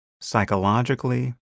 Psychologically